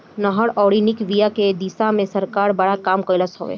नहर अउरी निक बिया के दिशा में सरकार बड़ा काम कइलस हवे